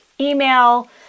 email